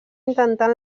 intentar